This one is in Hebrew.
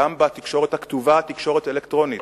גם בתקשורת הכתובה, בתקשורת אלקטרונית,